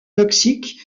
toxiques